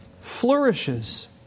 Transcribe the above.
flourishes